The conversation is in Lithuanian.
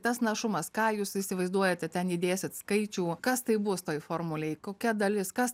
tas našumas ką jūs įsivaizduojate ten įdėsit skaičių kas tai bus toj formulėj kokia dalis kas